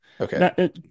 Okay